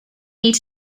need